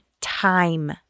time